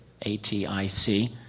ATIC